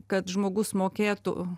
kad žmogus mokėtų